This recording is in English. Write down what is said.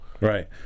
Right